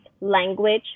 language